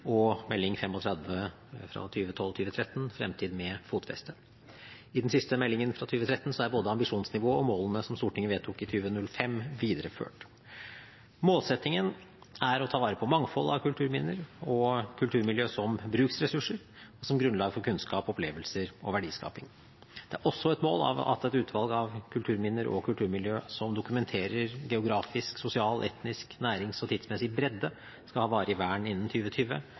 siste melding er både ambisjonsnivået og målene som Stortinget vedtok i 2005, videreført. Målsettingen er å ta vare på mangfoldet av kulturminner og kulturmiljø som bruksressurser og som grunnlag for kunnskap, opplevelser og verdiskaping. Det er også et mål at et utvalg av kulturminner og kulturmiljø som dokumenterer geografisk, sosial, etnisk og nærings- og tidsmessig bredde, skal ha varig vern innen